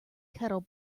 kettle